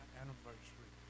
anniversary